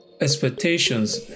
expectations